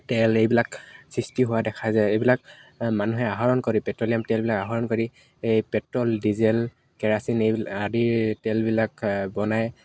তেল এইবিলাক সৃষ্টি হোৱা দেখা যায় এইবিলাক মানুহে আহৰণ কৰি পেট্ৰ'লিয়াম তেলবিলাক আহৰণ কৰি এই পেট্ৰ'ল ডিজেল কেৰাচিন এইবিলাক আদি তেলবিলাক বনাই